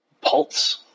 Pulse